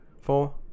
Four